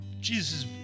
Jesus